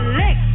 lick